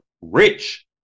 rich